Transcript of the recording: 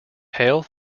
hale